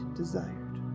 desired